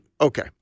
Okay